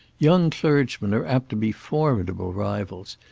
young clergymen are apt to be formidable rivals,